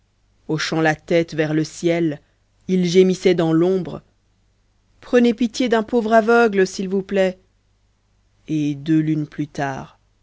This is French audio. hochant la tête vers le ciel il gémissait dans l'ombre prenez pitié d'un pauvre aveugle s'il vous plaît et deux lunes plus tard